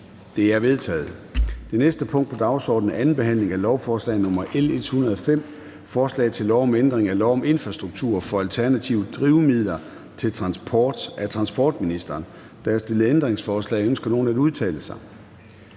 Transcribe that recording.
Det er vedtaget. --- Det næste punkt på dagsordenen er: 7) 2. behandling af lovforslag nr. L 105: Forslag til lov om ændring af lov om infrastruktur for alternative drivmidler til transport. (Ændringer som følge af vedtagelsen af forordning om etablering